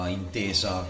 intesa